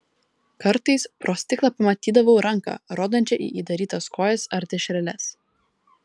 kartais pro stiklą pamatydavau ranką rodančią į įdarytas kojas ar dešreles